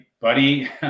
buddy